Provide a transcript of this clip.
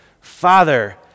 Father